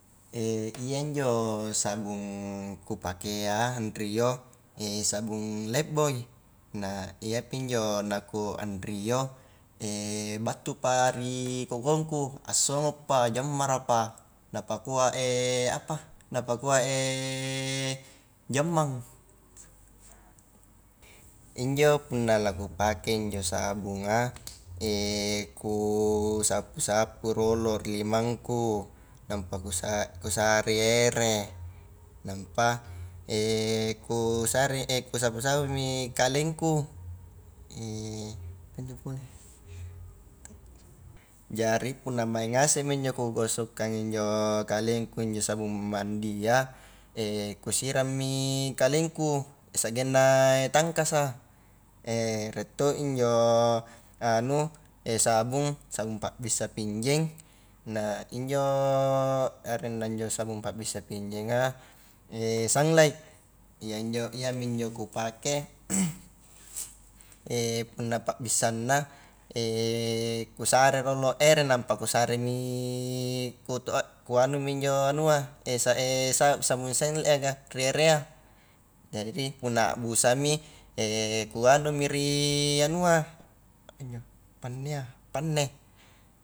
iya injo sabung kupakea anrio, sabung lefboy, nah iyapi injo na ku anrio battupa ri kokongku, assongopa, jammarapa, napakua apa, napakua jammang, injo punna la kupake injo sabunga ku sapu-sapu rolo ri limangku, nampa kusa-kusarei ere, nampa kuasare kusapu-sapumi kalengku, apa injo pole, jari punna maing ngasemi injo ku gosokkan injo kalengku injo sabung mandia, kusirammi kalengku, sakgengna tangkasa, rie to injo anu sabung, sabung pa bissa pinjeng nah injo anrenna sabung pabbisa pinjenga, sanglait, iyanjo iyami injo kupake, punna pa bissanna kusare rolo ere nampa kusaremi kuanumi injo anua, sa sabung sanglait a ka ri erea, jari punna busami, kuanumi ri anua, apanj pannea, panne.